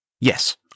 Yes